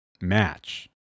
match